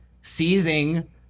seizing